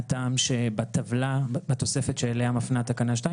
מכיוון שבתוספת שאליה מפנה תקנה 2,